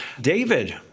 David